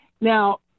now